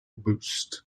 boost